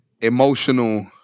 emotional